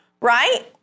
right